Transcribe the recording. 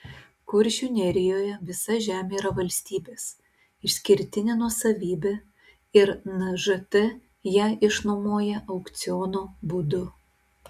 kuršių nerijoje visa žemė yra valstybės išskirtinė nuosavybė ir nžt ją išnuomoja aukciono būdu